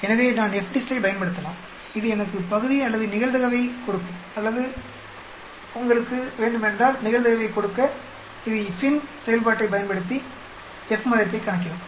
எனவே நான் FDIST ஐப் பயன்படுத்தலாம் இது எனக்கு பகுதி அல்லது நிகழ்தகவைக் கொடுக்கும் அல்லது உங்களுக்கு வேண்டுமென்றால்நிகழ்தகவைக் கொடுக்க இது FINV செயல்பாட்டைப் பயன்படுத்தி F மதிப்பைக் கணக்கிடும்